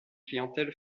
clientèle